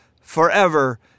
forever